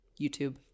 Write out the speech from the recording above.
YouTube